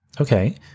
Okay